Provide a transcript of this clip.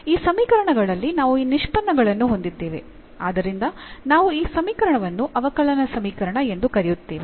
ಈ ಸಮೀಕರಣಗಳಲ್ಲಿ ನಾವು ಈ ನಿಷ್ಪನ್ನಗಳನ್ನು ಹೊಂದಿದ್ದೇವೆ ಆದ್ದರಿಂದ ನಾವು ಈ ಸಮೀಕರಣವನ್ನು ಅವಕಲನ ಸಮೀಕರಣ ಎಂದು ಕರೆಯುತ್ತೇವೆ